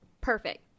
Perfect